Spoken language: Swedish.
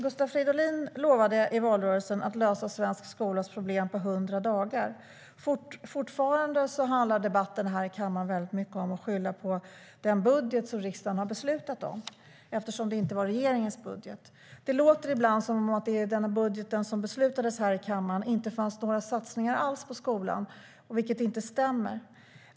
Gustav Fridolin lovade i valrörelsen att lösa svensk skolas problem på 100 dagar. Debatten handlar fortfarande mycket om att skylla på den budget som riksdagen har beslutat om eftersom det inte var regeringens budget. Det låter ibland som om det i den budget som beslutades i kammaren inte fanns några satsningar alls på skolan, vilket inte stämmer.